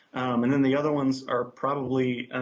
and then the other ones are probably and